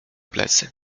plecy